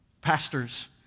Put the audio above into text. pastors